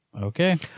okay